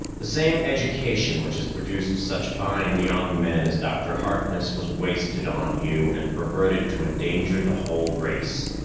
the same education which has produced such fine young men as dr. harkness was wasted on you and perverted to endanger the whole race.